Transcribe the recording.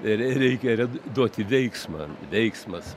reikia duoti veiksmą veiksmas